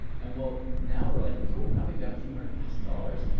and well, now we're like, cool. now we've got a few hundred thousand dollars.